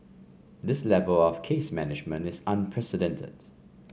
this level of case management is unprecedented